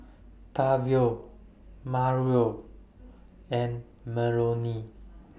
Tavion Mario and Melony